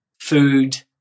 food